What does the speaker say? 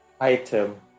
item